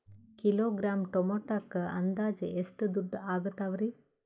Kilogram ಟೊಮೆಟೊಕ್ಕ ಅಂದಾಜ್ ಎಷ್ಟ ದುಡ್ಡ ಅಗತವರಿ?